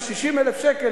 מה-60,000 שקל,